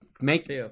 make